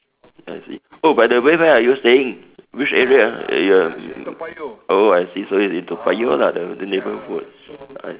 I see oh by the way where are you staying which area you're mm I see so it's in Toa-Payoh lah the the neighbourhood